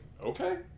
okay